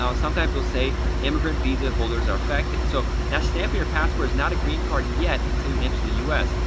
sometimes they'll say immigrant visa holders are affected. so that stamp your passport is not a green card yet until you enter the u s.